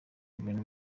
ibintu